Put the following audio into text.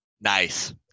Nice